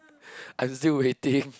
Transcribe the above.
I'm still waiting